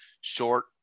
short